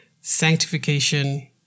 sanctification